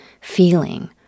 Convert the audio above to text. feeling